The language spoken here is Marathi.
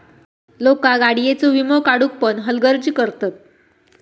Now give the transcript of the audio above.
लोका गाडीयेचो वीमो काढुक पण हलगर्जी करतत